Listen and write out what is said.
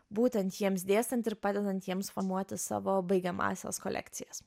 būtent jiems dėstant ir padedant jiems formuoti savo baigiamąsias kolekcijas